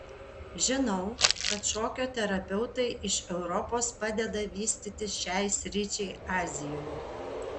žinau kad šokio terapeutai iš europos padeda vystytis šiai sričiai azijoje